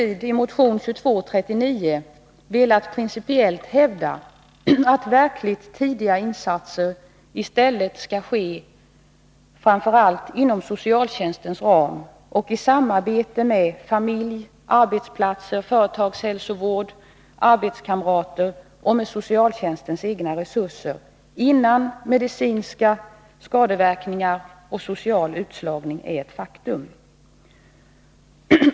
Med motion 2239 vill jag emellertid principiellt hävda att verkligt tidiga insatser i stället skall göras framför allt inom socialtjänstens ram och i samarbete med familjen, arbetsplatsen, företagshälsovården, arbetskamraterna och med socialtjänstens egna resurser, innan medicinska skadeverkningar och social utslagning är ett faktum.